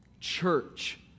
church